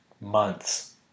months